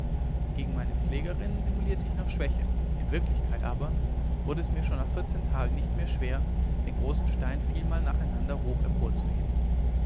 gegen meine pflegerinnen simulierte ich noch schwäche in wirklichkeit aber wurde es mir schon nach vierzehn tagen nicht mehr schwer den großen stein vielmal nacheinander hoch emporzuheben